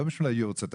לא בשביל יום הזיכרון,